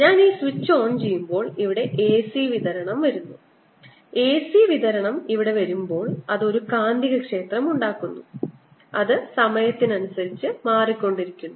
ഞാൻ ഈ switch on ചെയ്യുമ്പോൾ ഇവിടെ AC വിതരണം വരുന്നു AC വിതരണം ഇവിടെ വരുമ്പോൾ അത് ഒരു കാന്തികക്ഷേത്രം ഉണ്ടാക്കുന്നു അത് സമയത്തിനനുസരിച്ച് മാറിക്കൊണ്ടിരിക്കുന്നു